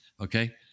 okay